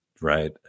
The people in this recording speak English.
right